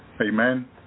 Amen